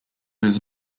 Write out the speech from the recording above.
was